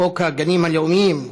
חוק הגנים הלאומיים,